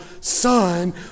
son